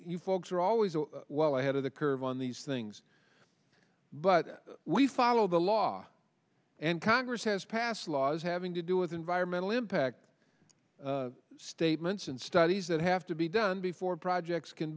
you folks are always well ahead of the curve on these things but we follow the law and congress has passed laws having to do with environmental impact statements and studies that have to be done before projects can